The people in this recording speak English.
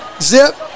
zip